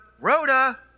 Rhoda